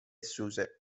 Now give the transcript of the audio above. suse